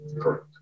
Correct